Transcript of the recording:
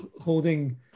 holding